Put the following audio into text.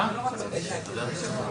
עם כל הכבוד.